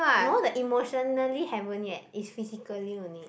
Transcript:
no the emotionally haven't yet is physically only